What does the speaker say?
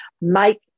Make